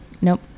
Nope